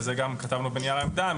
ואת זה גם כתבנו בנייר העמדה,